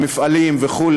המפעלים וכו',